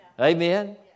Amen